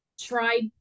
tried